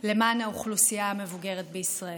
למען האוכלוסייה המבוגרת בישראל.